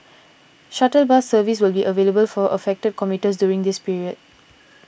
shuttle bus service will be available for affected commuters during this period